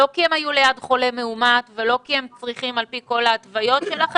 לא כי הם היו ליד חולה מאומת ולא כי הם צריכים על פי כל ההתוויות שלכם,